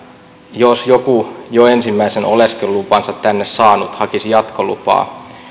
jos joku jo ensimmäisen oleskelulupansa tänne saanut hakisi jatkolupaa